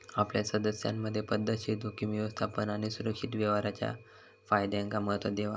आपल्या सदस्यांमधे पध्दतशीर जोखीम व्यवस्थापन आणि सुरक्षित व्यवहाराच्या फायद्यांका महत्त्व देवा